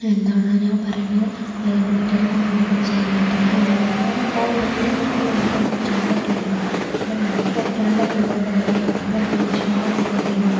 എന്താണ് ഞാൻ പറഞ്ഞ് അല്ലെങ്കിൽ എൻ്റെ വീട്ടുകാരെ കൊണ്ട് എന്നെ കൊണ്ട് ചെയ്യാൻ പറ്റില്ല എന്ന് പറഞ്ഞ് ഞാൻ മിണ്ടാതെ ഇരുന്നിരുന്നെങ്കിൽ എനിക്ക് ഒന്നും ചെയ്യാൻ പറ്റിലായിരുന്നു കാരണം എനിക്ക് പഠിക്കാനുള്ള കഴിവുണ്ട് ഞാൻ ആ പഠനം ഉപയോഗിച്ച് കൊണ്ട് ഞാൻ എന്ത് ചെയ്തു